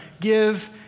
give